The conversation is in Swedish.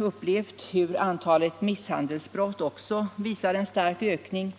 och antalet misshandelsbrott uppvisar också en stark ökning.